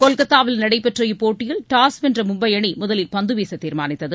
கொல்கத்தாவில் நடைபெற்ற இப்போட்டியில் டாஸ் வென்ற மும்பை அணி முதலில் பந்து வீச தீர்மானித்தது